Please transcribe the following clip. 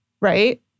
right